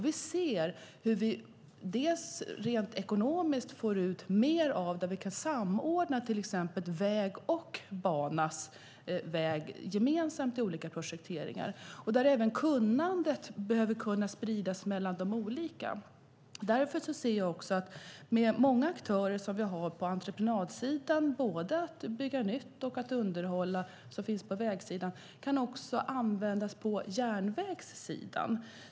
Vi ser hur vi ekonomiskt kan få ut mer om vi samordnar väg och bana gemensamt i olika projekteringar. Även kunnandet behöver spridas mellan de olika transportslagen. Många aktörer på entreprenadsidan som vill bygga nytt och underhålla på vägsidan kan också användas på järnvägssidan.